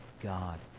God